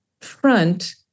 front